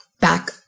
back